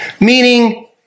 meaning